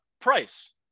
Price